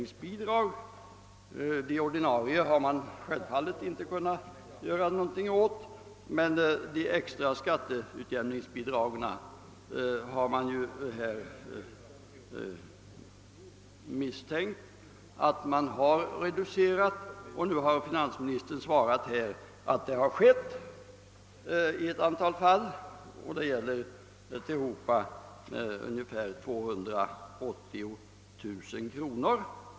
Det ordinarie bidraget har man självfallet inte kunnat korrigera, men beträffande det extra skatteutjämningsbidraget har ju misstankar förekommit om att reduceringar gjorts. Finansministern har nu gett beskedet att man förfarit så i ett antal fall och att det gäller en summa om tillhopa ungefär 280 000 kronor.